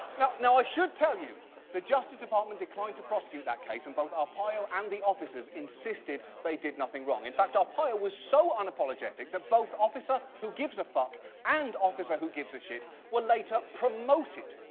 now i should tell you the justice department declined to prosecute that case and both arpaio and the offices insisted they did nothing wrong. in fact, arpaio was so unapologetic that both officer who gives a fuck and officer who gives a shit were later promoted,